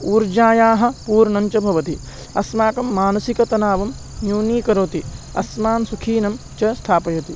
ऊर्जायाः पूर्णञ्च भवति अस्माकं मानसिकतणावं न्यूनीकरोति अस्मान् सुखी च स्थापयति